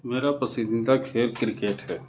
میرا پسندیدہ کھیل کرکٹ ہے